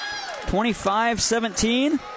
25-17